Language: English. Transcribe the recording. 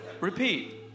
Repeat